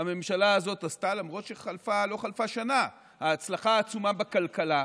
הממשלה הזאת עשתה למרות שלא חלפה שנה: ההצלחה העצומה בכלכלה,